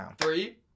three